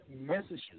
messages